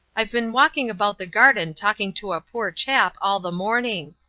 i've been walking about the garden talking to a poor chap all the morning.